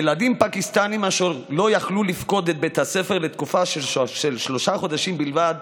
ילדים פקיסטנים אשר לא יכלו לפקוד בית הספר לתקופה של שלושה חודשים בלבד